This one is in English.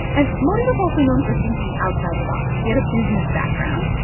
and modi was also known for thinking outside the box. he had a business background,